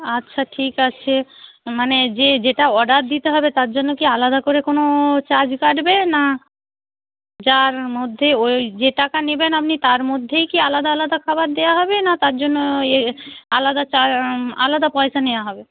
আচ্ছা ঠিক আছে মানে যে যেটা অর্ডার দিতে হবে তার জন্য কি আলাদা করে কোনো চার্জ কাটবে না যার মধ্যে ওই যে টাকা নেবেন আপনি তার মধ্যেই কি আলাদা আলাদা খাবার দেওয়া হবে না তার জন্য আলাদা আলাদা পয়সা নেওয়া হবে